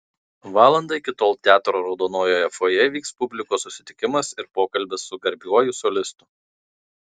valandą iki tol teatro raudonojoje fojė vyks publikos susitikimas ir pokalbis su garbiuoju solistu